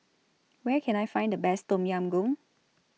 Where Can I Find The Best Tom Yam Goong